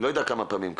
לא יודע כמה פעמים כבר.